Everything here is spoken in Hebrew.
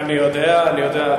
אני יודע, אני יודע.